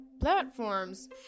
platforms